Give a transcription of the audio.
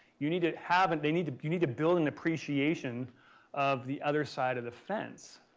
you need to have, and they need to, you need to build an appreciation of the other side of the fence,